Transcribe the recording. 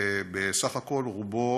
בסך הכול, רובו